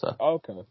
okay